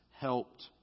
helped